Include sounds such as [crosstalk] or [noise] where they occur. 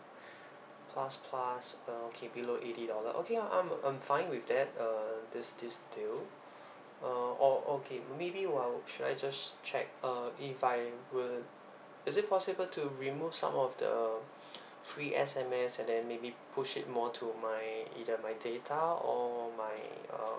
plus plus okay below eighty dollar okay uh I'm um fine with that uh this this deal [breath] uh or okay maybe what would should I just check uh if I would is it possible to remove some of the [breath] free S_M_S and then maybe push it more to my either my data or my uh